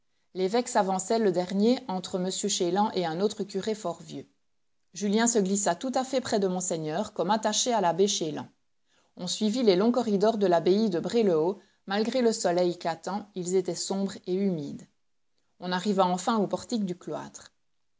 l'évêque s'avançait le dernier entre m chélan et un autre curé fort vieux julien se glissa tout à fait près de monseigneur comme attaché à l'abbé chélan on suivit les longs corridors de l'abbaye de bray le haut malgré le soleil éclatant ils étaient sombres et humides on arriva enfin au portique du cloître